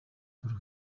paul